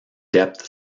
depth